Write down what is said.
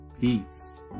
peace